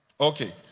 Okay